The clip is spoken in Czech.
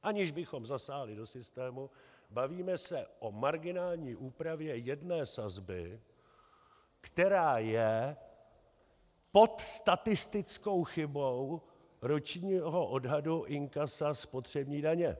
Aniž bychom zasáhli do systému, bavíme se o marginální úpravě jedné sazby, která je pod statistickou chybou ročního odhadu inkasa spotřební daně.